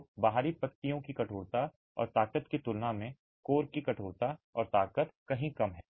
तो बाहरी पत्तियों की कठोरता और ताकत की तुलना में कोर की कठोरता और ताकत कहीं कम है